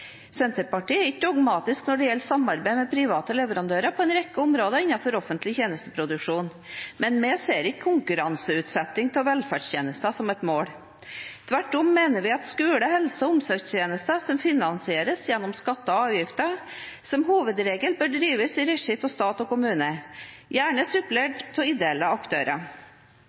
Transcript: Senterpartiet er ikke dogmatiske når det gjelder samarbeid med private leverandører på en rekke områder innenfor offentlig tjenesteproduksjon, men vi ser ikke konkurranseutsetting av velferdstjenester som et mål. Tvert om mener vi at skole, helse og omsorgstjenester som finansieres gjennom skatter og avgifter, som hovedregel bør drives i regi av stat og kommunene – gjerne supplert av ideelle aktører.